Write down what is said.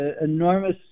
enormous